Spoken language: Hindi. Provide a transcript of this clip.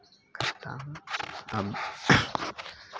कहता हूँ अब